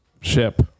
ship